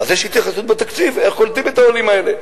אז יש התייחסות בתקציב איך קולטים את העולים האלה,